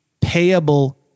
payable